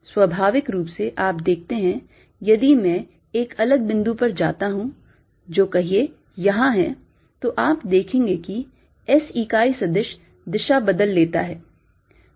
स्वाभाविक रूप से आप देखते हैं यदि मैं एक अलग बिंदु पर जाता हूं जो कहिए यहां है तो आप देखेंगे कि S इकाई सदिश दिशा बदल लेता है